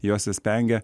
jose spengia